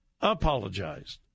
apologized